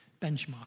benchmark